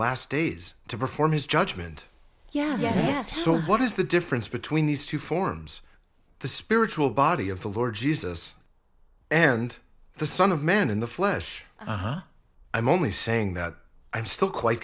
last days to perform his judgement yes so what is the difference between these two forms the spiritual body of the lord jesus and the son of man in the flesh i'm only saying that i'm still quite